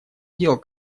дел